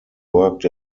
worked